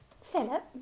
Philip